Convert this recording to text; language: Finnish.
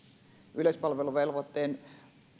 yleispalveluvelvoitteen